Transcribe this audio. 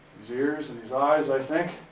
his ears and his eyes i think.